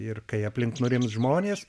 ir kai aplink nurims žmonės